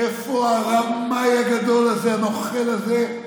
איפה הרמאי הגדול הזה, הנוכל הזה?